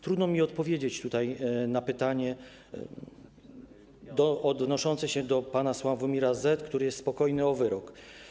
Trudno mi odpowiedzieć na pytanie odnoszące się do pana Sławomira Z., który jest spokojny o wyrok.